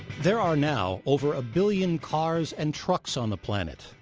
there are now over a billion cars and trucks on the planet.